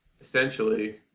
Essentially